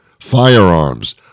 Firearms